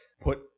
put